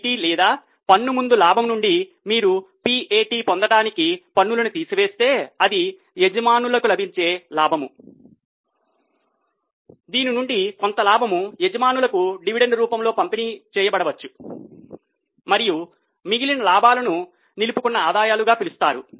PBT లేదా పన్ను ముందు లాభం నుండి మీరు PAT పొందడానికి పన్నులను తీసివేస్తే ఇది యజమానులకు లభించే లాభం దీని నుండి కొంత లాభం యజమానులకు డివిడెండ్ రూపంలో పంపిణీ చేయబడవచ్చు మరియు మిగిలిన లాభాలను నిలుపుకున్న ఆదాయాలుగా పిలుస్తారు